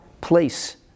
place